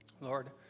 Lord